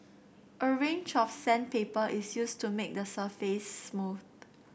a range of sandpaper is used to make the surface smooth